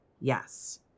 Yes